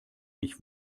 ich